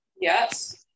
Yes